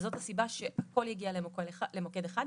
זאת הסיבה שהכל יגיע למוקד אחד.